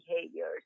behaviors